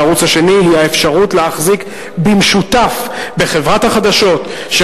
בערוץ השני היא האפשרות להחזיק במשותף בחברת החדשות של